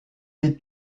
est